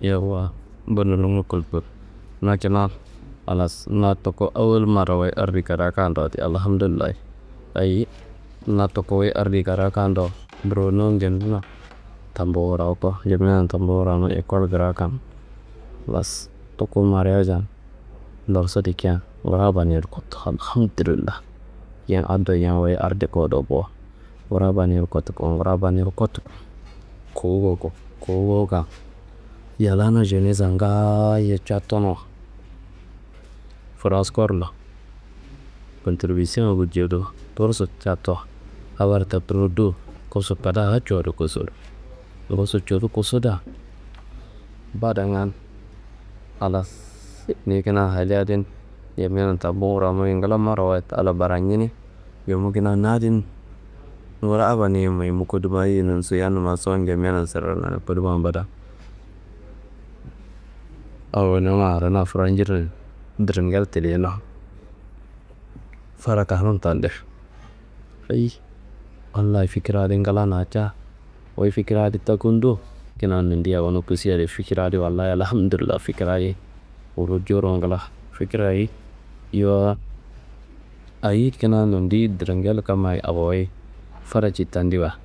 Yowuwa bundo numu koduko, na kina halas na tuku awol marawayid ardi kadaa kaaduwo Alhamdullayi. Ayi na tuku wuyi ardi kadaa kaado, mburowonu Ñamenan tambuwu wurako, Ñamenan tambuwu wuranu ekol krakan. Halas tuku mariajan lorso dikia, nguro abaniyaro kotowo Alhamdrilla, yan ado yan wuyi ardiko do bo. Nguro abaniyero kotuko, nguro abaniyaro kotu, kowu gowoko, kowu gowokan yallana jenessa ngaayo cattano, fraskorno. Kontribisiyongu jedu gursu cattowo, habar takunudo gursu kadaa cowodu kosodo. Gursu jowodu kosoda, badanga halas ni kina haliye adin Ñamenan tambu n wuramo ye ngla marawayid Allah barañine. Yumu kina na adin, nguro abaniye mu yumu kuduma ayeniso, yannummaso Ñamenan serero ado koduma mbada awonumma arena furanjirne dringel tilliyena fada kanun tande. Ayi Wallayi fikir adi nglana, ca wuyi fikir adi takundo kina nondiyi awono kusuyia adi fikir Wallayi Alhamdrulla, fikir adi kuru jowuro ngla. Fikirra ayi? Yowo ayi kina nondiyi dringella kammayi awoyi fada jitandiwa